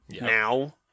now